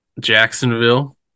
Jacksonville